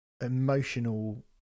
emotional